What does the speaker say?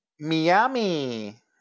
Miami